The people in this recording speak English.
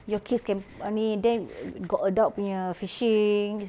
your kids can ini then got adult punya fishing